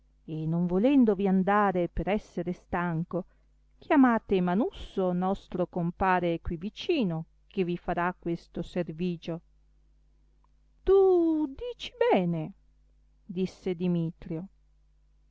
e non volendovi andare per essere stanco chiamate manusso nostro compare qui vicino che vi farà questo servigio tu dici bene disse dimitrio